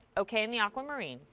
ok and the aquamarine.